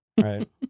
right